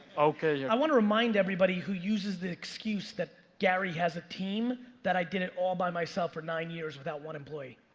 okay, yeah. i wanna remind everybody who uses the excuse that gary has a team, that i did it all by myself for nine years without one employee.